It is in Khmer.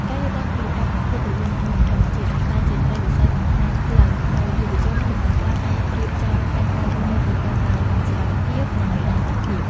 ការយល់ដឹងពីតុល្យភាពរវាងមនុស្ស និងធម្មជាតិ នឹងក្លាយជាត្រីវិស័យបង្ហាញផ្លូវឱ្យយុវជនជំនាន់ក្រោយអាចរៀបចំផែនការរស់នៅប្រកបដោយសុវត្ថិភាព និងនិរន្តរភាព។